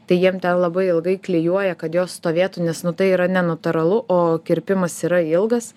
tai jiem ten labai ilgai klijuoja kad jos stovėtų nes nu tai yra nenatūralu o kirpimas yra ilgas